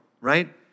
right